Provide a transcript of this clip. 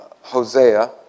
Hosea